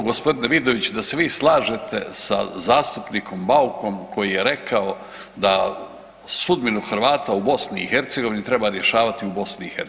gospodin Vidović da se vi slažete sa zastupnikom Baukom koji je rekao da sudbinu Hrvata u BiH treba rješavati u BiH.